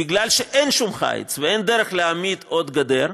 מכיוון שאין שום חיץ ואין דרך להעמיד עוד גדר,